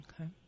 okay